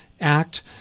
Act